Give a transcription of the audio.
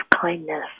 kindness